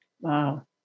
Wow